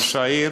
ראש העיר.